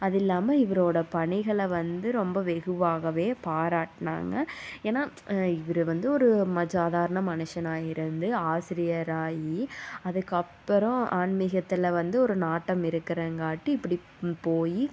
அது இல்லாமல் இவரோட பணிகளை வந்து ரொம்ப வெகுவாகவே பாராட்டுனாங்க ஏன்னா இவரு வந்து ஒரு மா சாதாரண மனுஷனாக இருந்து ஆசிரியர் ஆகி அதுக்கப்பறம் ஆன்மீகத்தில் வந்து ஒரு நாட்டம் இருக்குறங்காட்டி இப்படி போய்